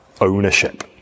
ownership